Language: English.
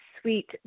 sweet